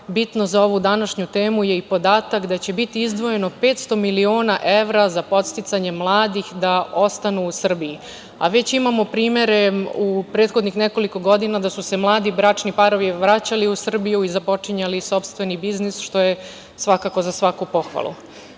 bitno za ovu današnju temu je i podatak da će biti izdvojeno 500 miliona evra za podsticanje mladih da ostanu u Srbiji, a već imamo primere u prethodnih nekoliko godina da su se mladi bračni parovi vraćali u Srbiju i započinjali sopstveni biznis, što je svakako za svaku pohvalu. Veoma